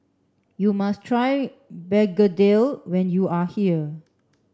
you must try begedil when you are here